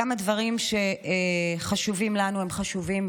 גם הדברים שחשובים לנו הם חשובים,